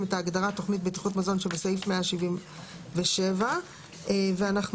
את ההגדרה "תוכנית בטיחות מזון" שבסעיף 177. אנחנו